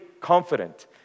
confident